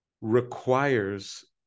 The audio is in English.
requires